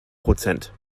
prozent